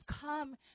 Come